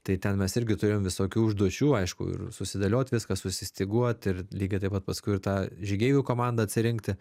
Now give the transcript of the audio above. tai ten mes irgi turėjom visokių užduočių aišku ir susidėliot viską ir susistyguot ir lygiai taip pat paskui ir tą žygeivių komandą atsirinkti